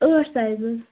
ٲٹھ سایِز حظ